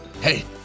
Hey